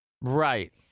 Right